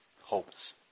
hopes